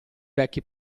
vecchi